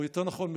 או יותר נכון,